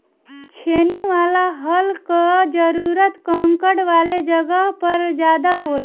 छेनी वाला हल कअ जरूरत कंकड़ वाले जगह पर ज्यादा होला